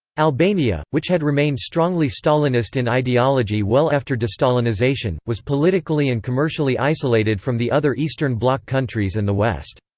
albania, which had remained strongly stalinist in ideology well after de-stalinisation, was politically and commercially isolated from the other eastern bloc countries and the west.